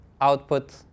output